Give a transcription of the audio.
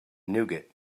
nougat